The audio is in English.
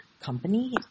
company